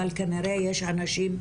אבל כנראה יש אנשים,